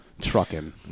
trucking